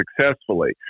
successfully